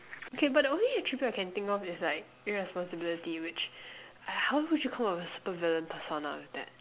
okay but the only attribute I can think of is like irresponsibility which uh how would you come up with a super villain persona with that